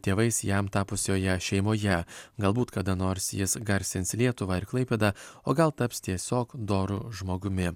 tėvais jam tapusioje šeimoje galbūt kada nors jis garsins lietuvą ir klaipėdą o gal taps tiesiog doru žmogumi